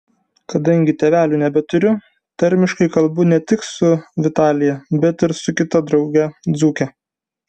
kadangi tėvelių nebeturiu tarmiškai kalbu ne tik su vitalija bet ir su kita drauge dzūke